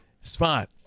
Spot